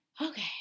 okay